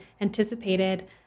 anticipated